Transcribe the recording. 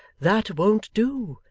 that won't do,